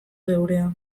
geurea